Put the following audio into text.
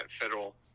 federal